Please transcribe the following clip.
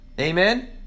Amen